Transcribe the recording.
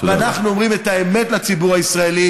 אנחנו אומרים את האמת לציבור הישראלי